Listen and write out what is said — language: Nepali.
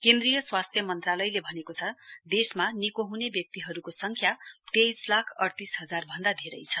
केन्द्रीय स्वास्थ्य मन्त्रीलयले भनेको छ देशमा निको हुने व्यक्तिहरूको संख्या तेइस लाख अइतीस हजार भन्दा धेरै छ